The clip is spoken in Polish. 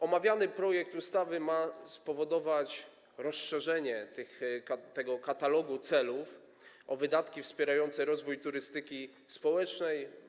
Omawiany projekt ustawy ma spowodować rozszerzenie tego katalogu celów o wydatki wspierające rozwój turystyki społecznej.